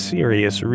Serious